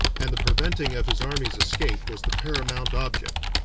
and the preventing of his army's escape was the paramount object.